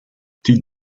die